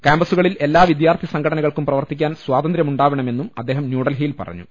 കാമ്പ സ്സുകളിൽ എല്ലാ വിദ്യാർത്ഥി സംഘടനകൾക്കും പ്രവർത്തിക്കാൻ സ്വാതന്ത്ര്യമുണ്ടാവണമെന്നും അദ്ദേഹം ന്യൂഡൽഹിയിൽ പറഞ്ഞു